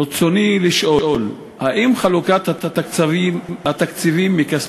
רצוני לשאול: 1. האם חלוקת התקציבים מכספי